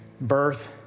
birth